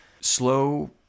slow